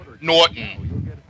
Norton